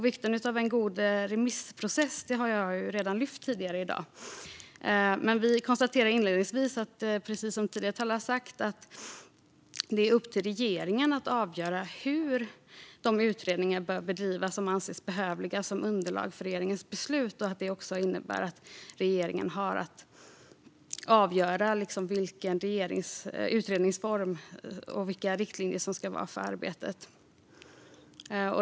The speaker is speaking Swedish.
Vikten av en god remissprocess har jag redan lyft fram i dag, men vi konstaterar inledningsvis - precis som tidigare talare sagt - att det är upp till regeringen att avgöra hur de utredningar bör bedrivas som anses behövliga som underlag för regeringens beslut. Det innebär också att regeringen avgör vilken utredningsform och vilka riktlinjer som ska gälla för arbetet.